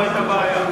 לא היתה בעיה.